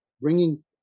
bringing